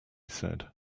said